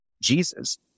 Jesus